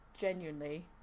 genuinely